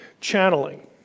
channeling